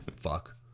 fuck